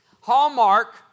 Hallmark